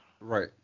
Right